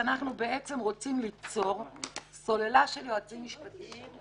שאנחנו בעצם רוצים ליצור סוללה של יועצים משפטיים,